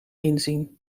inzien